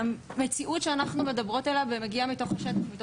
מתוך תחושת חוסר האונים שאין לנו מספיק כלים